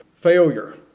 failure